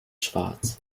schwarz